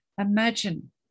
Imagine